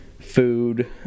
food